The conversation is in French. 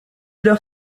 leur